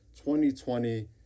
2020